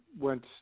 went